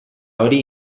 hori